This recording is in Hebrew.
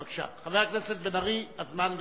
בבקשה, חבר הכנסת בן-ארי, הזמן לרשותך.